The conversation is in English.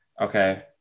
okay